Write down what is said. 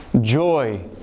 joy